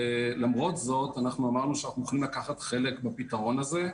למרות זאת אמרנו שאנחנו מוכנים לקחת חלק בפתרון הזה.